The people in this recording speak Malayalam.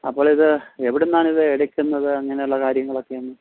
അപ്പോൾ ഇത് എവിടെ നിന്നാണിത് എടുക്കുന്നത് അങ്ങനെയുള്ള കാര്യങ്ങളൊക്കെയെന്ന്